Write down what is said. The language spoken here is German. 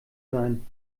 sein